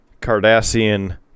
Cardassian